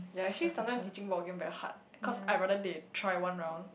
ya actually sometimes teaching ball game very hard cause I rather they try one round